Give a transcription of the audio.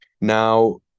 Now